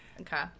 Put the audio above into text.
Okay